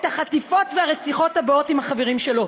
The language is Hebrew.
החטיפות והרציחות הבאות עם החברים שלו.